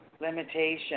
limitation